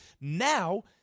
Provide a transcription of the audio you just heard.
now